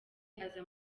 aza